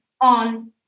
on